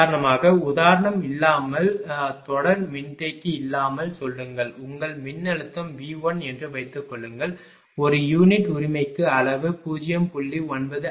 உதாரணமாக உதாரணம் இல்லாமல் தொடர் மின்தேக்கி இல்லாமல் சொல்லுங்கள் உங்கள் மின்னழுத்தம் V1 என்று வைத்துக்கொள்ளுங்கள் ஒரு யூனிட் உரிமைக்கு அளவு 0